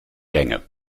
länge